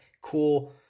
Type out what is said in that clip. cool